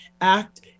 act